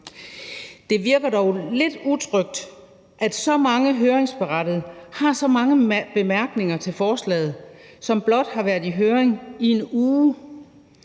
Det virker dog lidt utrygt, at så mange høringsberettigede har så mange bemærkninger til forslaget, som blot har været i høring i en uge.